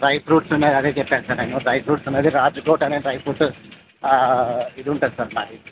dry fruits ఉన్నాయి అదే చెప్పాను సార్ నేను డ్రై ఫ్రూట్స్ ఉన్నది రాజ్కోట్ అనే డ్రై ఫ్రూట్ ఇది ఉంటుంది సార్ మాది